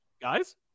guys